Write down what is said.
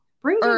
Bring